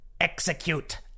Execute